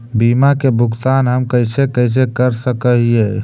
बीमा के भुगतान हम कैसे कैसे कर सक हिय?